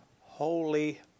Holy